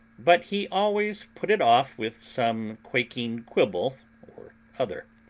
but he always put it off with some quaking quibble or other.